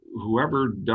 Whoever